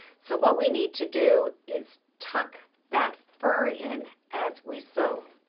so what we need to do is tuck that fur in as we sew.